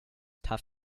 tough